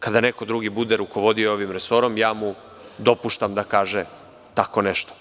Kada neko drugi bude rukovodio ovim resorom, ja mu dopuštam da kaže tako nešto.